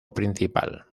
principal